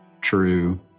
true